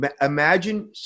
Imagine